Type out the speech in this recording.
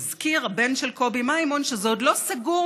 מזכיר הבן של קובי מימון שזה עוד לא סגור,